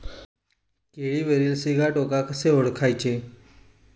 केळीवरील सिगाटोका कसे ओळखायचे?